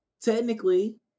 technically